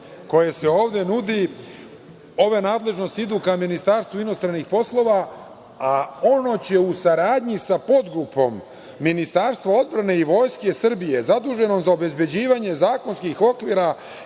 koje se ovde nudi, ove nadležnosti idu ka Ministarstvu inostranih poslova, a ono će u saradnji sa podgrupom Ministarstva odbrane i Vojske Srbije zaduženo za obezbeđivanje zakonskih okvira